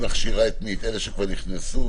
היא מכשירה את אלה שכבר נכנסו?